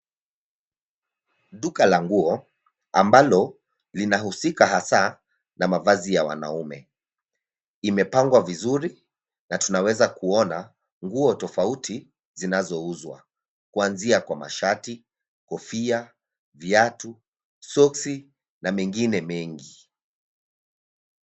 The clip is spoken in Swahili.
Duka la nguo ambalo linahusika hasa na mavazi ya wanaume. Imepangwa vizuri na tunaweza kuona nguo tofauti zinazouzwa. Kwanzia kwa mashati, kofia, viatu, soksi na mengine mengi.